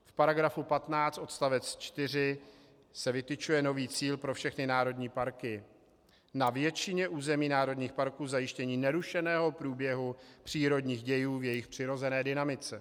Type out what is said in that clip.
V § 15 odst. 4 se vytyčuje nový cíl pro všechny národní parky na většině území národních parků zajištění nerušeného průběhu přírodních dějů v jejich přirozené dynamice.